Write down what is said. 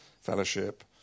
fellowship